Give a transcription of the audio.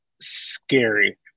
scary